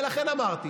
ולכן אמרתי